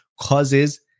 causes